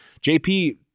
JP